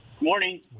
Morning